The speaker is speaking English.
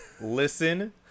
listen